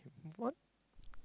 what